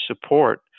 support